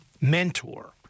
mentor